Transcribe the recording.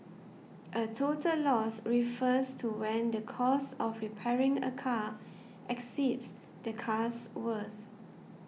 a total loss refers to when the cost of repairing a car exceeds the car's worth